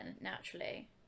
naturally